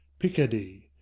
picardy.